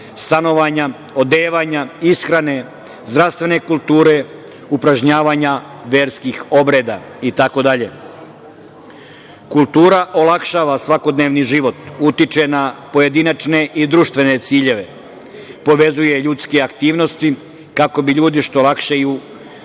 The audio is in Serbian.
stanovanja, odevanja, ishrane, zdravstvene kulture, upražnjavanja verskih obreda itd. Kultura olakšava svakodnevni život. Utiče na pojedinačne i društvene ciljeve. Povezuje ljudske aktivnosti kako bi što lakše i